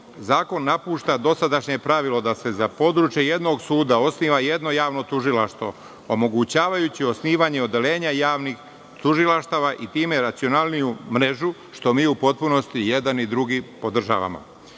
Zakon napušta dosadašnje pravilo da se za područje jednog suda osniva jedno javno tužilaštvo, omogućavajući osnivanje odeljenja javnih tužilaštava i time racionalniju mrežu, što mi u potpunosti podržavamo. Kao